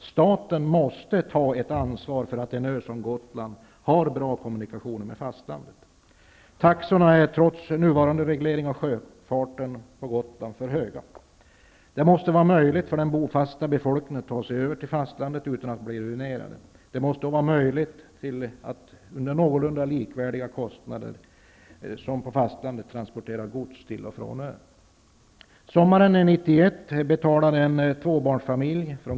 Staten måste ta ansvar för att en ö som Gotland har bra kommunikationer med fastlandet. Taxorna är trots nuvarande reglering av sjöfarten på Gotland för höga. Det måste vara möjligt för den bofasta befolkningen att ta sig över till fastlandet utan att bli ruinerad. Det måste också vara möjligt att till någorlunda likvärdiga kostnader som på fastlandet transportera gods till och från ön.